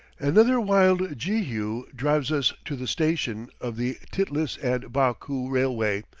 another wild jehu drives us to the station of the tiflis and baku railway,